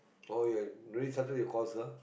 oh ya Saturday your course ah